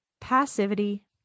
passivity